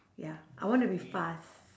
ya I want to be fast